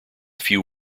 few